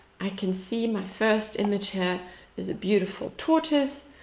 i can see my first image here there's a beautiful tortoise,